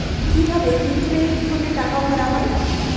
কি ভাবে প্রিপেইড ফোনে টাকা ভরা হয়?